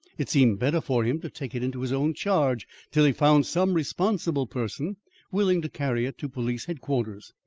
it seemed better for him to take it into his own charge till he found some responsible person willing to carry it to police headquarters.